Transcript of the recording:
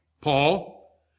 Paul